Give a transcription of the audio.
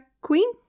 queen